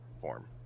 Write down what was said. form